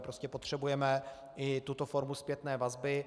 Prostě potřebujeme i tuto formu zpětné vazby.